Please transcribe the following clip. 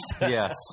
Yes